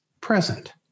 present